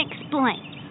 explain